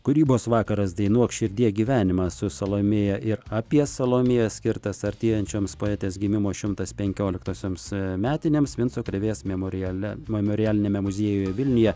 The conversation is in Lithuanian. kūrybos vakaras dainuok širdie gyvenimą su salomėja ir apie salomėją skirtas artėjančioms poetės gimimo šimtas penkioliktosioms metinėms vinco krėvės memoriale memorialiniame muziejuje vilniuje